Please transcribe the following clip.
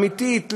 אמיתית,